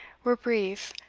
were brief,